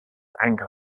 anchor